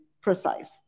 precise